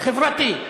חברתי,